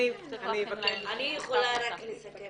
אני יכולה רק לסכם